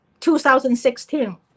2016